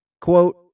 Quote